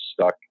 stuck